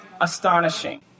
astonishing